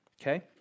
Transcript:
Okay